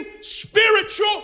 spiritual